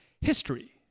History